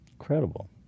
Incredible